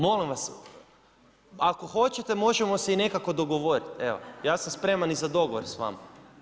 Molim vas ako hoćete možemo se i nekako dogovoriti, evo ja sam spreman i za dogovor sa vama.